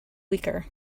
weaker